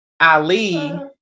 Ali